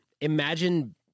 imagine